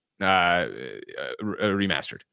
remastered